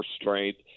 strength